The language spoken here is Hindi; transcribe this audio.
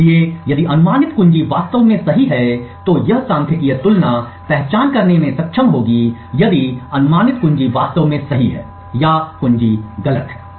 इसलिए यदि अनुमानित कुंजी वास्तव में सही है तो यह सांख्यिकीय तुलना पहचान करने में सक्षम होगी यदि अनुमानित कुंजी वास्तव में सही है या कुंजी गलत है